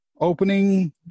opening